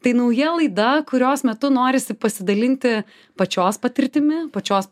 tai nauja laida kurios metu norisi pasidalinti pačios patirtimi pačios